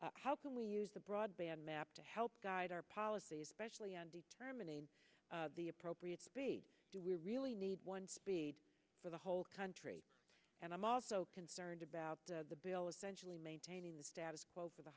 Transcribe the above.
is how can we use the broadband map to help guide our policies especially on determining the appropriate be do we really need one speed for the whole country and i'm also concerned about the the bill essentially maintaining the status quo for the